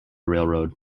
railroad